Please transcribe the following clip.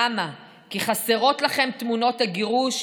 למה, כי חסרות לכם תמונות הגירוש?